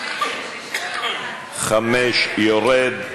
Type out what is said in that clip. הסתייגות מס' 5 לסעיף 2, יורדת.